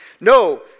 No